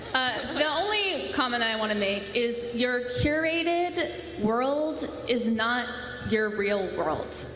the only comment i want to make is your curated world is not your real world.